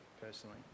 personally